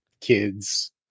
kids